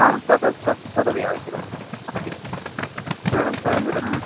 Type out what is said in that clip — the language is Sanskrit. आं तद तद् तदपि आवश्यकमस्मि अस्ति तदनन्तरं